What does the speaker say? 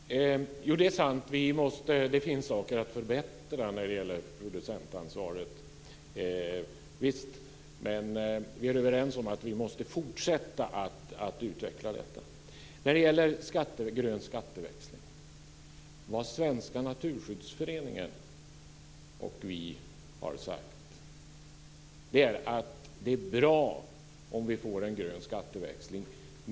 Fru talman! Det är sant att det finns saker att förbättra när det gäller producentansvaret. Vi är överens om att vi måste fortsätta att utveckla detta. Sedan var det grön skatteväxling. Svenska Naturskyddsföreningen och vi har sagt att det är bra med en grön skatteväxling.